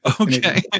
Okay